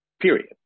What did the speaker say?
Period